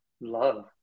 love